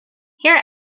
here